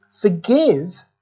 forgive